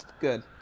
good